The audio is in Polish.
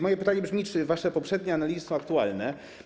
Moje pytanie brzmi: Czy wasze poprzednie analizy są aktualne?